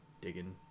digging